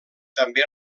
també